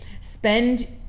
spend